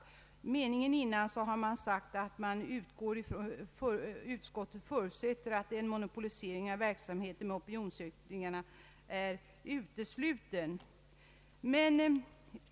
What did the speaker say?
I meningen dessförinnan säger sig utskottet förutsätta att en monopolisering av verksamheten med opinionsundersökningar är utesluten.